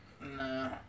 nah